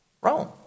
Rome